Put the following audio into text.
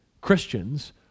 Christians